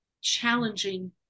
challenging